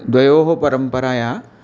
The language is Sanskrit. द्वयोः परम्परायोः